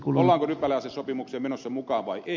ollaanko rypäleasesopimukseen menossa mukaan vai ei